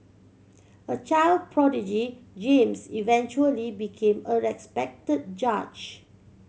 a child prodigy James eventually became a respect judge